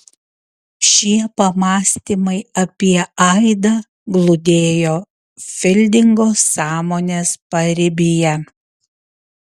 šie pamąstymai apie aidą glūdėjo fildingo sąmonės paribyje